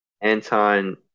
Anton